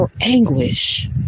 anguish